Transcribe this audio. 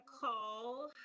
call